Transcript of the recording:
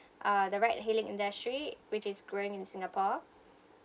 uh the ride hailing industry which is growing in singapore